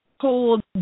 cold